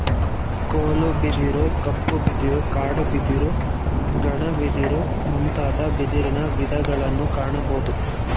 ಕೋಲು ಬಿದಿರು, ಕಪ್ಪು ಬಿದಿರು, ಕಾಡು ಬಿದಿರು, ಘನ ಬಿದಿರು ಮುಂತಾದ ಬಿದಿರಿನ ವಿಧಗಳನ್ನು ಕಾಣಬೋದು